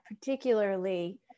particularly